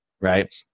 Right